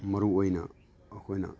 ꯃꯔꯨ ꯑꯣꯏꯅ ꯑꯩꯈꯣꯏꯅ